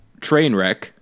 Trainwreck